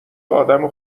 آدم